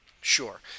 Sure